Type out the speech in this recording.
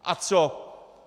A co?